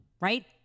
right